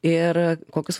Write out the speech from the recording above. ir kokius